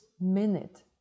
minute